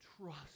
Trust